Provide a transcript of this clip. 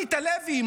עמית הלוי,